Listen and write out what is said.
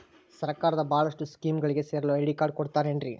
ಸರ್ಕಾರದ ಬಹಳಷ್ಟು ಸ್ಕೇಮುಗಳಿಗೆ ಸೇರಲು ಐ.ಡಿ ಕಾರ್ಡ್ ಕೊಡುತ್ತಾರೇನ್ರಿ?